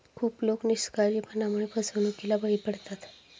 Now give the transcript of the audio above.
खूप लोक निष्काळजीपणामुळे फसवणुकीला बळी पडतात